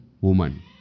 woman